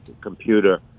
computer